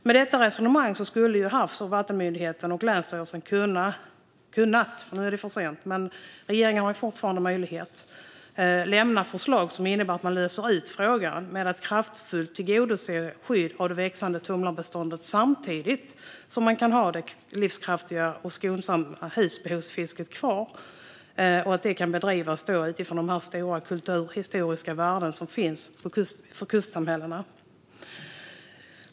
Med detta resonemang skulle Havs och vattenmyndigheten och länsstyrelsen ha kunnat lämna förslag - nu är det för sent, men regeringen har fortfarande möjlighet - som innebär att man löser frågan hur man på ett kraftfullt sätt tillgodoser skyddet av det växande tumlarbeståndet samtidigt som det livskraftiga och skonsamma husbehovsfisket kan finnas kvar. Detta kan då bedrivas utifrån det stora kulturhistoriska värde det har för kustsamhällena.